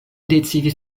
ricevis